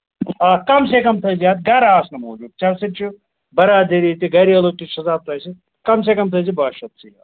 آ کَم سے کَم تھٲوزِ یاد گرٕ آسنہٕ موٗجوٗب ژےٚ سۭتۍ چھُ برادٔری تہِ گریلوٗ تہِ چھِ تۄہہِ سۭتۍ کَم سے کَم تھٲوزِ باہ شَتھ ژٕ